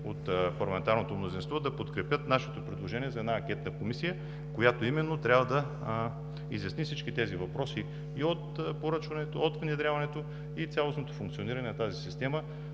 от парламентарното мнозинство да подкрепят нашето предложение за анкетна комисия, която да изясни всички тези въпроси и от внедряването, и цялостното функциониране на тази система.